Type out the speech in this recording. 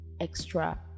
extra